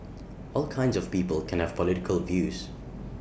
all kinds of people can have political views